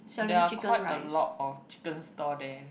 there are quite a lot of chicken stall there